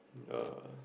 yeah